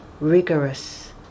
rigorous